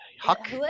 Huck